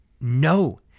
no